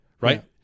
right